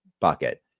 bucket